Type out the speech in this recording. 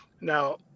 Now